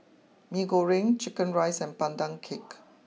Mee Goreng Chicken Rice and Pandan Cake